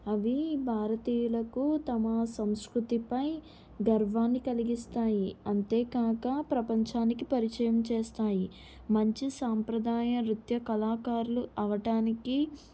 అవి భారతీయులకు తమ సంస్కృతిపై గర్వానికి కలిగిస్తాయి అంతేకాక ప్రపంచానికి పరిచయం చేస్తాయి మంచి సాంప్రదాయ నృత్య కళాకారులు అవ్వడానికి